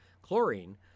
chlorine